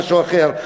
משהו אחר,